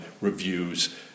reviews